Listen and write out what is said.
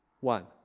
One